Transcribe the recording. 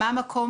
מה המקום